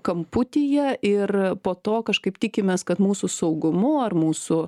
kamputyje ir po to kažkaip tikimės kad mūsų saugumu ar mūsų